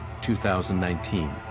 2019